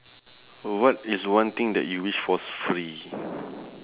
what is one thing that you wish was free